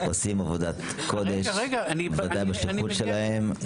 בוודאי בשליחות שלהם.